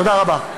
תודה רבה.